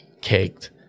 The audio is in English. caked